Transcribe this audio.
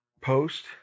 post